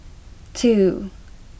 two